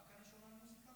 רק אני שומע מוזיקה?